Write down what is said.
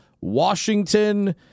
Washington